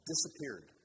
Disappeared